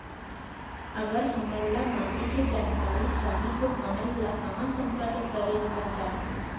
अगर हमन ला माटी के जानकारी चाही तो हमन ला कहाँ संपर्क करे ला चाही?